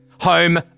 home